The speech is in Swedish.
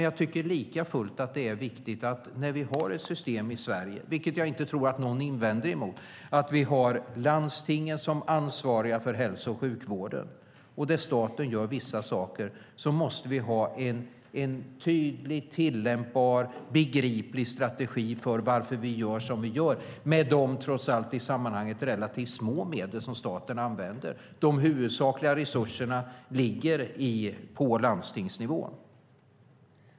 Jag tycker dock likafullt att följande är viktigt, vilket jag inte tror att någon invänder emot: När vi har ett system i Sverige där landstingen är ansvariga för hälso och sjukvården och staten gör vissa saker måste vi ha en tydlig, tillämpbar och begriplig strategi för vad vi gör, och varför, med de i sammanhanget trots allt relativt små medel staten använder. De huvudsakliga resurserna ligger på landstingsnivå.